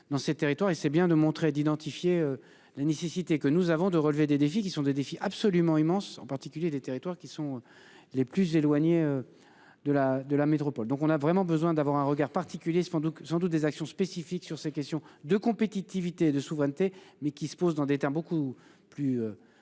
et c'est bien de montrer d'identifier la nécessité que nous avons de relever des défis qui sont des défis absolument immense en particulier des territoires qui sont les plus éloignés. De la, de la métropole. Donc on a vraiment besoin d'avoir un regard particulier sur donc sans doute des actions spécifiques sur ces questions de compétitivité de souveraineté mais qui se pose dans des termes beaucoup plus